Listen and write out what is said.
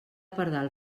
pardal